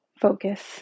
focus